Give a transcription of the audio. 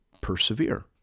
persevere